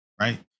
right